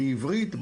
בעברית,